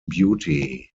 beauty